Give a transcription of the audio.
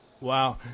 Wow